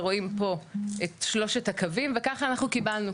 ורואים פה את שלושת הקווים וככה אנחנו קיבלנו,